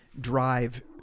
drive